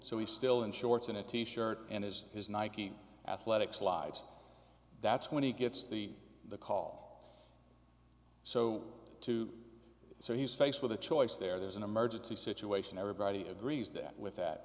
he's still in shorts and a t shirt and is his nike athletic slide that's when he gets the the call so to so he's faced with a choice there there's an emergency situation everybody agrees that with that